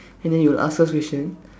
and then he will ask us question